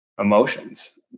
emotions